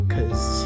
Cause